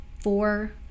four